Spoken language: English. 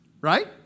right